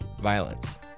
violence